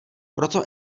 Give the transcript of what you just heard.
proto